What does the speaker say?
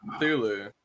Thulu